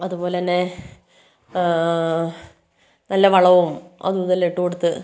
അതുപോലെന്നെ നല്ല വളവും അതും ഇതുമെല്ലാം ഇട്ടുകൊടുത്ത്